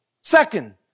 Second